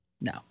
No